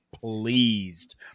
pleased